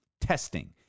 testing